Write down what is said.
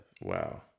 Wow